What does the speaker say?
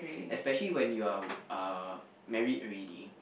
especially when you are uh married already